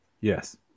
yes